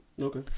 Okay